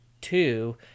two